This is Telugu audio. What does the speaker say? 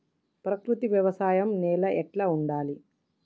ప్రకృతి వ్యవసాయం నేల ఎట్లా ఉండాలి?